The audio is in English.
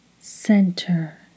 Center